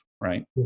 right